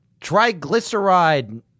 triglyceride